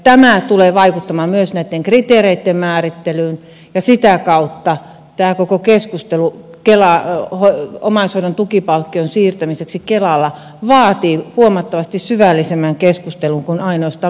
tämä tulee vaikuttamaan myös näitten kriteereitten määrittelyyn ja sitä kautta tämä koko keskustelu omaishoidon tukipalkkion siirtämiseksi kelalle vaatii huomattavasti syvällisemmän keskustelun kuin ainoastaan mekaanisen siirron